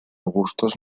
gustos